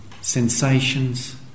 sensations